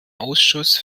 ausschuss